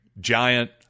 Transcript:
giant